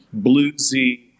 bluesy